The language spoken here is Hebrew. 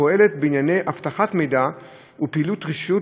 הפועלת בענייני אבטחת מידע ופעילות רשויות